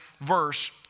verse